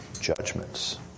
judgments